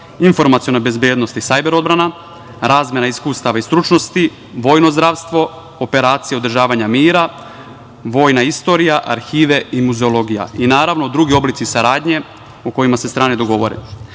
informaciona bezbednost i sajber odbrana, razmena iskustava i stručnosti, vojno zdravstvo, operacija održavanja mira, vojna istorija, arhive, i muzeologija i naravno drugi oblici saradnje o kojima se strane dogovore. Dakle,